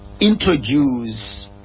introduce